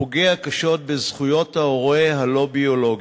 הפוגע קשות בזכויות ההורה הלא-ביולוגי,